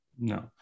No